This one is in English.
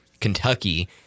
Kentucky